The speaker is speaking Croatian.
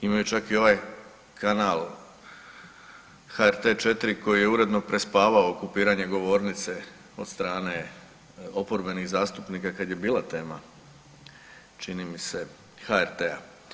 Imaju čak i ovaj kanal HRT4 koji je uredno prespavao okupiranje govornice od strane oporbenih zastupnika kad je bila tema čini mi se HRT-a.